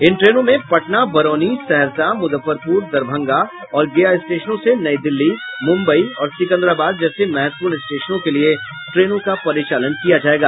इन ट्रेनों में पटना बरौनी सहरसा मुजफ्फरपुर दरभंगा और गया स्टेशनों से नई दिल्ली मुम्बई और सिकंदराबाद जैसे महत्वपूर्ण स्टेशनों के लिए ट्रेनों का परिचालन किया जायेगा